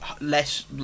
less